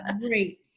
Great